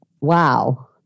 wow